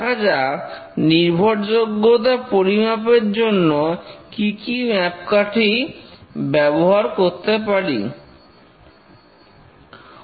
দেখা যাক নির্ভরযোগ্যতা পরিমাপের জন্য কি কি মাপকাঠি ব্যবহার করতে পারি